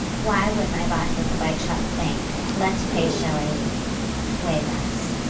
why would my boss at the bike shop think, let's pay shelley way less.